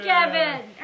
Kevin